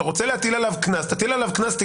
להטיל קנס - תטיל קנס.